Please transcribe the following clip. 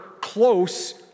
close